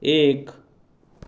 एक